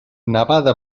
nevada